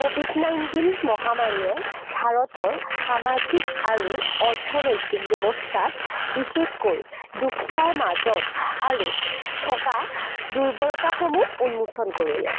Covid nineteen মহামাৰীয়ে ভাৰতৰ সামাজিক আৰু অৰ্থনৈতিক ব্যৱস্থাত বিশেষকৈ দুখীয়াৰ মাজত আৰু থকা দুৰ্বলতাসমূহ উন্মোচন কৰিলে